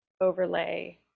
overlay